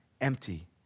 empty